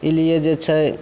ई लिये जे छै